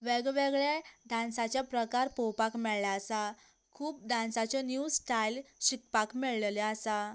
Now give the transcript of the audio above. वेगवेगळे डांसांचे प्रकार पळोवपाक मेळिल्ले आसा खूब डांसांचे न्यू स्टायल शिकपाक मेळिल्ले आसा